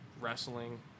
wrestling